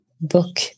book